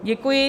Děkuji.